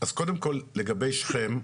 אז ככה, קודם כל, לגבי שכם,